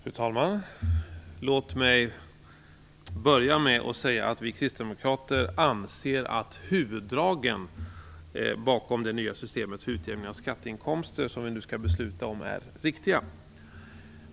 Fru talman! Låt mig börja med att säga att vi kristdemokrater anser att huvuddragen bakom det nya systemet till utjämning av skatteinkomster som vi nu skall besluta om är riktiga.